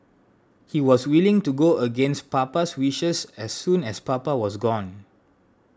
he was willing to go against Papa's wishes as soon as Papa was gone